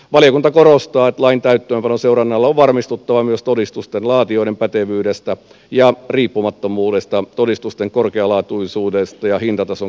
valiokunta korostaa että lain täytäntöönpanon seurannalla on varmistuttava myös todistusten laatijoiden pätevyydestä ja riippumattomuudesta todistusten korkealaatuisuudesta ja hintatason kohtuullisuudesta